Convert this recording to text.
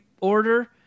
order